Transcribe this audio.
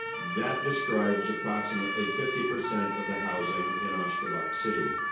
that describes approximately fifty percent of the housing in ashgabat city.